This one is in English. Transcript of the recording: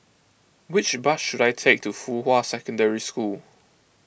which bus should I take to Fuhua Secondary School